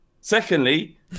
Secondly